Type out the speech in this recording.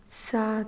सात